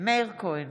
מאיר כהן,